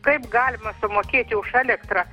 kaip galima sumokėti už elektrą